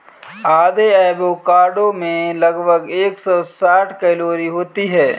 आधे एवोकाडो में लगभग एक सौ साठ कैलोरी होती है